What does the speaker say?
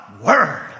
word